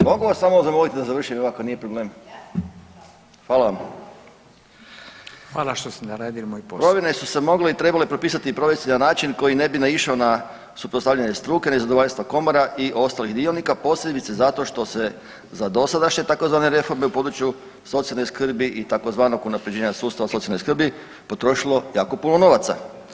Mogu vas samo zamoliti da završim ako nije problem, hvala vam [[Upadica Radin: Hvala vam što ste odradili moj posao.]] Mirovine su se mogle i trebale propisati i provesti na način koji ne bi naišao suprotstavljanje struke, nezadovoljstva komora i ostalih dionika posebice zato što se za dosadašnje tzv. reforme u području socijalne skrbi i tzv. unapređenja sustava socijalne skrbi potrošilo jako puno novaca.